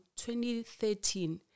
2013